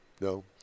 No